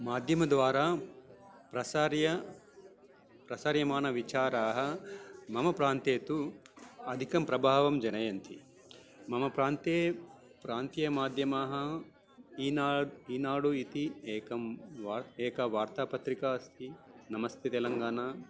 माध्यमद्वारा प्रसार्य प्रसार्यमानविचाराः मम प्रान्ते तु अधिकं प्रभावं जनयन्ति मम प्रान्ते प्रान्तीयमाध्यमाः ईना ईनाडु इति एका वार्ता एका वार्तापत्रिका अस्ति नमस्ते तेलङ्गाना